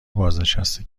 بازنشسته